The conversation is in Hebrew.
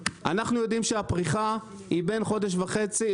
אנחנו יודעים שהפריחה היא בין חודש וחצי,